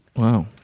Wow